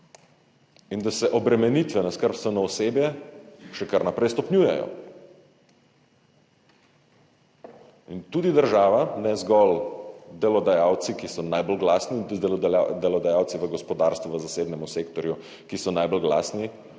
in da se obremenitve na skrbstveno osebje še kar naprej stopnjujejo. In tudi država, ne zgolj delodajalci, ki so najbolj glasni delodajalci v gospodarstvu, v zasebnem sektorju, ki so najbolj glasni,